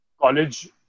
College